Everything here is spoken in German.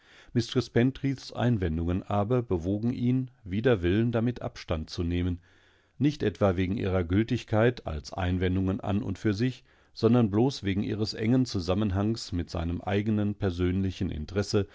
pentreaths einwendungen aber bewogen ihn wider willen damit anstand zu nehmen nicht etwa wegen ihrer gültigkeit als einwendungen an und für sich sondern bloß wegen ihres engen zusammenhangs mit seinem eigenen persönlichen interesse